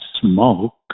smoke